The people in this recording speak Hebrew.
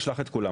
אשלח את כולם.